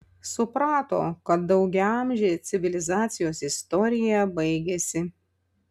suprato kad daugiaamžė civilizacijos istorija baigiasi